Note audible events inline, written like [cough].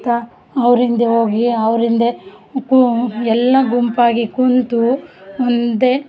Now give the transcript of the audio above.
ಅಂತಾ ಅವ್ರ ಹಿಂದೆ ಹೋಗಿ ಅವ್ರಿಂದೆ [unintelligible] ಎಲ್ಲ ಗುಂಪಾಗಿ ಕೂತು ಒಂದೆ